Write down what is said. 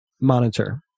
monitor